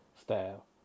style